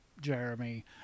Jeremy